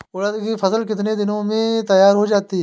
उड़द की फसल कितनी दिनों में तैयार हो जाती है?